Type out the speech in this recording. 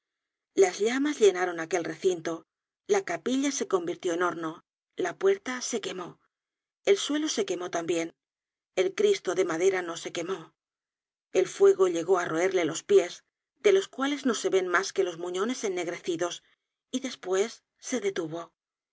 las llamas llenaron aquel recinto la capilla se convirtió en horno la puerta se quemó el suelo se quemó tambien el cristo de madera no se quemó el fuego llegó á roerle los pies de los cuales no se ven mas que los muñones ennegrecidos y despues se detuvo